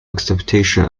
acceptation